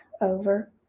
over